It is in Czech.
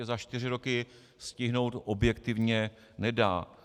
Za čtyři roky se to stihnout objektivně nedá.